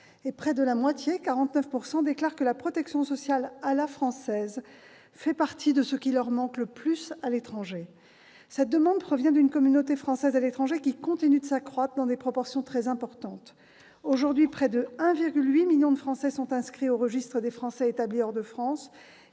et près de la moitié- 49 %-, déclarent que la protection sociale « à la française » fait partie de ce qui leur manque le plus à l'étranger. Cette demande provient d'une communauté française à l'étranger qui continue de s'accroître dans des proportions très importantes. Aujourd'hui, près de 1,8 million de Français sont inscrits au registre des Français établis hors de France,